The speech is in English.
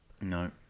no